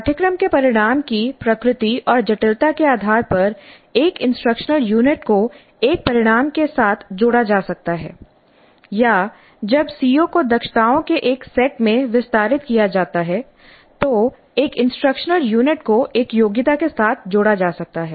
पाठ्यक्रम के परिणाम की प्रकृति और जटिलता के आधार पर एक इंस्ट्रक्शनल यूनिट को एक परिणाम के साथ जोड़ा जा सकता है या जब सीओ को दक्षताओं के एक सेट में विस्तारित किया जाता है तो एक इंस्ट्रक्शनल यूनिट को एक योग्यता के साथ जोड़ा जा सकता है